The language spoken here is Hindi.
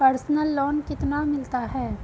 पर्सनल लोन कितना मिलता है?